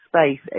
space